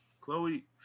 Chloe